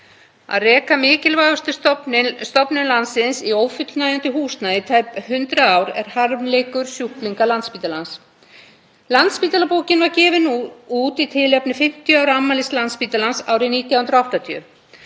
Að reka mikilvægustu stofnun landsins í ófullnægjandi húsnæði í tæp 100 ár er harmleikur sjúklinga Landspítalans. Landspítalabókin var gefin út í tilefni 50 ára afmælis Landspítalans árið 1980.